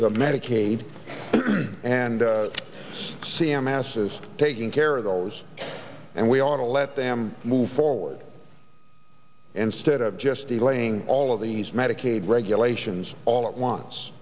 medicaid and c m s is taking care of those and we ought to let them move forward instead of just delaying all of these medicaid regulations all at once